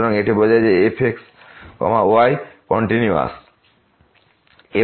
সুতরাং এটি বোঝায় যে f x y ধারাবাহিক